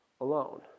alone